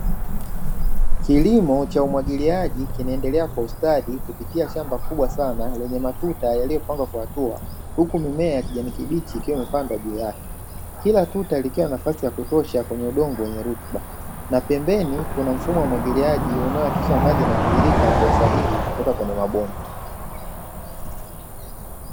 Kilimo cha umwagiliaji kinaendelea kwa ustadi kupitia shamba kubwa sana lenye matuta yaliyopangwa kwa hatua, huku mimea ya kijani kibichi ikiwa imeapndwa juu yake. Kila tuta likiwa na nafasi ya kutosha kwenye udongo wenye rutuba. Na kwa pembeni kuna mfumo wa umwagiliaji unaohakikisha maji yanatiririka kwa usahihi kutoka kwenye mabomba.